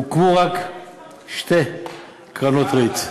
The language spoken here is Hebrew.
הוקמו רק שתי קרנות ריט.